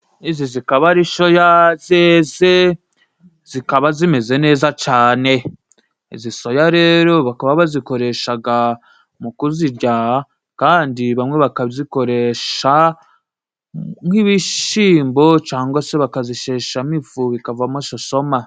Izi, zikaba ari soya zeze, zikaba zimeze neza cane. Izi soya rero, bakaba bazikoreshaga mu kuzirya, kandi bamwe bakazikoresha nk'ibishimbo, cangwa se bakazisheshamo ifu, ikavamo sosoma.